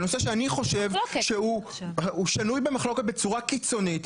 בנושא שאני חושב שהוא שנוי במחלוקת בצורה קיצונית,